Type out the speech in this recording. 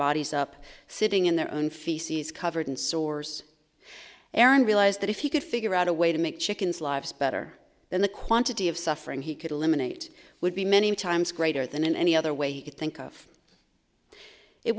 bodies up sitting in their own feces covered sores aaron realize that if you could figure out a way to make chickens lives better then the quantity of suffering he could eliminate would be many times greater than in any other way you could think of it